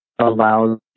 allows